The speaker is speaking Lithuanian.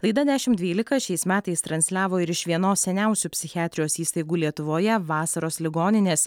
laida dešim dvylika šiais metais transliavo ir iš vienos seniausių psichiatrijos įstaigų lietuvoje vasaros ligoninės